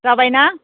जाबाय ना